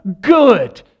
good